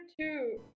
two